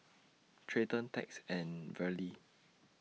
Treyton Tex and Verle